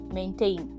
maintain